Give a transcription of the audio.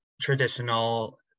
traditional